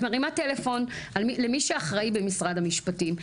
את מרימה טלפון למי שאחראי במשרד המשפטים,